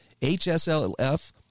HSLF